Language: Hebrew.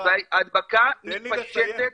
וההדבקה מתפשטת